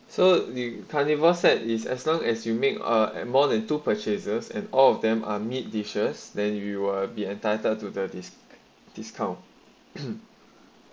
so the carnival set is as long as you make a and more than two purchases and all of them are meat dishes then we will be entitled to the this discount